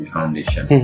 Foundation